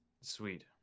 Sweet